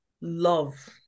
love